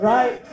Right